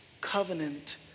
covenant